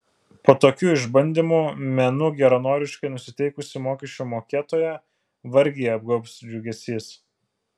po tokių išbandymų menu geranoriškai nusiteikusį mokesčių mokėtoją vargiai apgaubs džiugesys